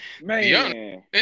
Man